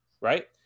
right